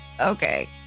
Okay